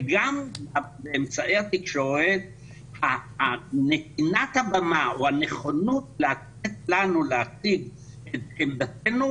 גם באמצעי התקשורת נתינת הבמה או הנכונות לתת לנו להציג את עמדתנו